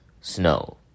snow